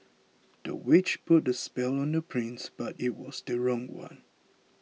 the witch put the spell on the prince but it was the wrong one